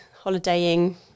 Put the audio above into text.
holidaying